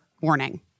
warning